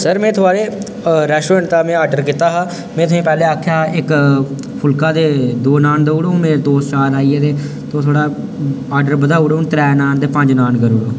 sir में थुआड़े restaurant दा में आडर कीता हा में तुसेंगी पैह्लें आखेआ हा इक फुलका ते दो नान देई ओड़ो हून मेरे दोस्त चार आई गेदे तुस थोह्ड़ा आडर बधाई ओड़ो त्रै नान ते पंज नान करी ओड़ो